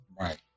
Right